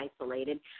isolated